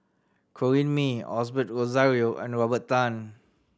Corrinne May Osbert Rozario and Robert Tan